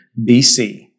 BC